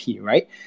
right